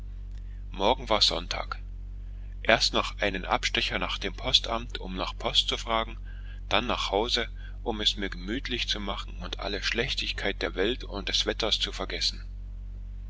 morgen war sonntag erst noch einen abstecher nach dem postamt um nach post zu fragen dann nach hause um es mir gemütlich zu machen und alle schlechtigkeit der welt und des wetters zu vergessen